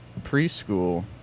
preschool